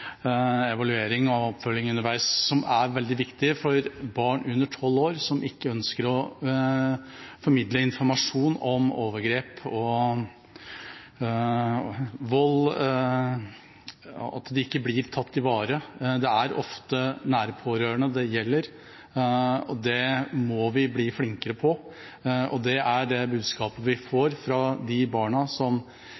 evaluering og oppfølging underveis, som er veldig viktig for barn under tolv år som ikke ønsker å formidle informasjon om overgrep og vold, og at de ikke blir tatt i vare. Det er ofte nære pårørende det gjelder. Det må vi bli flinkere på, og det er det budskapet vi